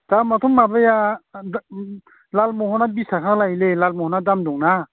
दामआथ' माबाया लालमहना बिस थाखा लायोलै लालमहना दाम दंना